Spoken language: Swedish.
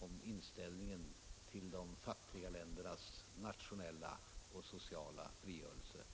om inställningen till de fattiga ländernas nationella och sociala frigörelse.